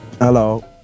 Hello